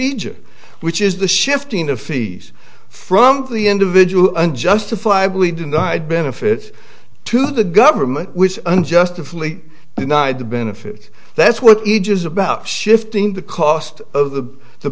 egypt which is the shifting of fees from the individual and justifiably denied benefits to the government was unjust to fully denied the benefits that's what age is about shifting the cost of the the